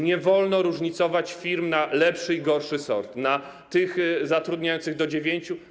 Nie wolno różnicować firm na lepszy i gorszy sort, na te zatrudniające do dziewięciu.